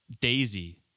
Daisy